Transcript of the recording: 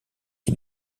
qui